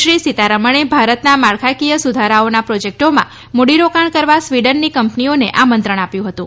શ્રી સીતારામને ભારતના માળખાકીય સુધારાઓના પ્રોજેક્ટોમાં મૂડી રોકાણ કરવા સ્વીડનની કંપનીઓને આમંત્રણ આપ્યું હતું